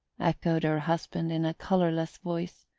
echoed her husband in a colourless voice,